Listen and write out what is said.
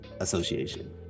Association